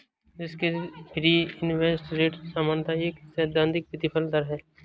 risk free interest rate सामान्यतः एक सैद्धांतिक प्रतिफल दर है